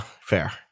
Fair